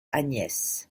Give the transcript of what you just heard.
agnès